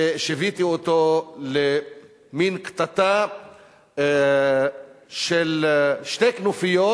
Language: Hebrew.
ושיוויתי אותו למין קטטה של שתי כנופיות